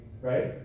right